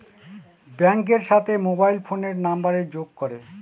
ব্যাঙ্কের সাথে মোবাইল ফোনের নাম্বারের যোগ করে